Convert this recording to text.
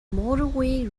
motorway